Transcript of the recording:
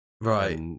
right